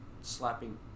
slapping